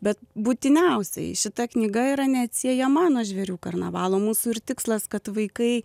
bet būtiniausiai šita knyga yra neatsiejama nuo žvėrių karnavalo mūsų ir tikslas kad vaikai